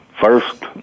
first